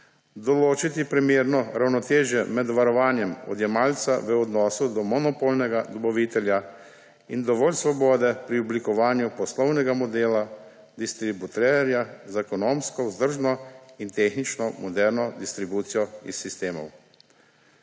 določiti primerno ravnotežje med varovanjem odjemalca v odnosu do monopolnega dobavitelja in dovolj svobode pri oblikovanju poslovnega modela distributerja za ekonomsko vzdržno in tehnično moderno distribucijo iz sistemov,